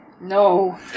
No